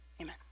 Amen